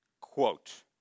quote